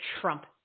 Trump